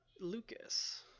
lucas